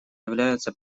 являются